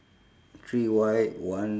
three white one